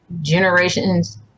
generations